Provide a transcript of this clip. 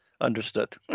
Understood